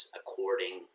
according